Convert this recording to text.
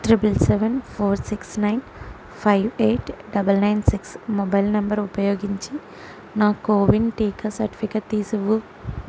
triple seven four six nine five eight double nine six mobile number ఉపయోగించి నా కోవిన్ టీకా certificate తీసి ఇవ్వు